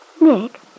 Nick